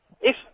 If-